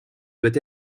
doit